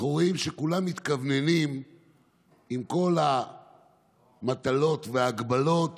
אנחנו רואים שכולם מתכווננים עם כל המטלות וההגבלות